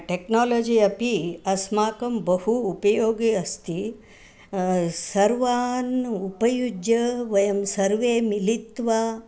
technology अपि अस्माकं बहु उपयोगी अस्ति सर्वान् उपयुज्य वयं सर्वे मिलित्वा